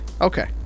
Okay